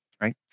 right